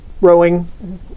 rowing